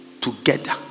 together